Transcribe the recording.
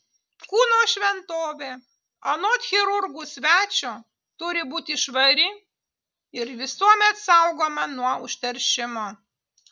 kūno šventovė anot chirurgų svečio turi būti švari ir visuomet saugoma nuo užteršimo